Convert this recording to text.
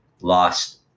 lost